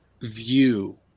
view